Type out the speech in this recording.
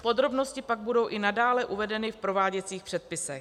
Podrobnosti pak budou i nadále uvedeny v prováděcích předpisech.